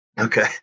Okay